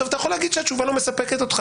אתה יכול להגיד שהתשובה לא מספקת אותך,